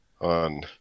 on